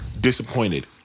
disappointed